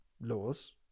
laws